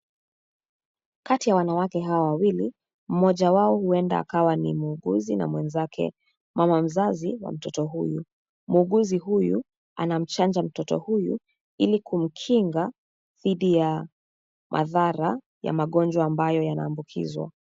Kati ya wanawake hawa wawili, mmoja wao huenda akawa ni muuguzi na mwenzake mama mzazi wa mtoto huyu. Muuguzi huyu anamchanja mtoto huyu ili kumkinga dhidi ya madhara ya magonjwa ambayo yanayoambukizwa.